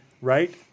Right